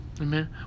Amen